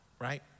right